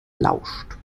lauscht